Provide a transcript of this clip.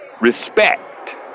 Respect